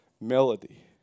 melody